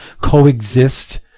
coexist